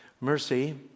Mercy